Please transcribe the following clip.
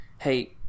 hey